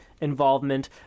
involvement